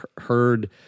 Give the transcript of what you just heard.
heard